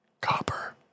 Copper